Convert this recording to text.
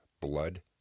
Blood